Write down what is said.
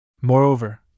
Moreover